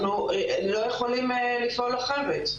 אנחנו לא יכולים לפעול אחרת.